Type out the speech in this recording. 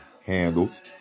Handles